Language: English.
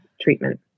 treatment